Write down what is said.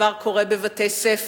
הדבר קורה בבתי-ספר,